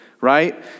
Right